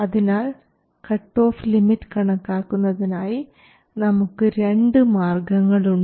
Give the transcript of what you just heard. അതിനാൽ cut off limit കണക്കാക്കുന്നതിനായി നമുക്ക് രണ്ട് മാർഗ്ഗങ്ങളുണ്ട്